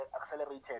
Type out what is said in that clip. accelerated